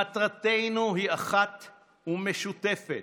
מטרתנו היא אחת ומשותפת,